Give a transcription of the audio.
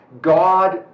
God